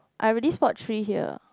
I already spot three here